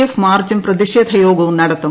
F മാർച്ചും പ്രതിഷേധയോഗവും നടത്തും